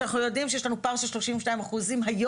כשאנחנו יודעים שיש לנו פער של 32% היום